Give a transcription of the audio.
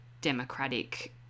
democratic